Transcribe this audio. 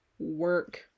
work